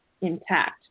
intact